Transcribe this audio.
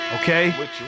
Okay